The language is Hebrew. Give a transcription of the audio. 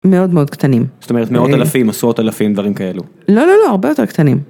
מאוד מאוד קטנים זאת אומרת מאות אלפים עשרות אלפים דברים כאלו לא הרבה יותר קטנים.